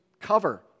cover